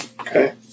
Okay